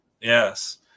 Yes